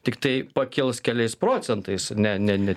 tiktai pakils keliais procentais ne ne ne